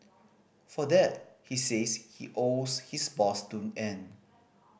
for that he says he owes his boss to end